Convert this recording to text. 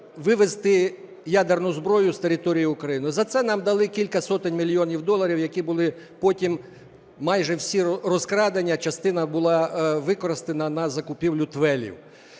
вивезти ядерну зброю з території України. За це нам дали кілька сотень мільйонів доларів, які були потім майже всі розкрадені, а частина була використана на закупівлю ТВЕЛів.